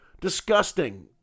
disgusting